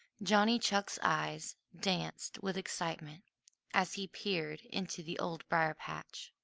johnny chuck's eyes danced with excitement as he peered into the old briar-patch,